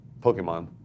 Pokemon